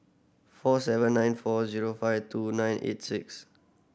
four seven nine four zero five two nine eight six